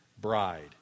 bride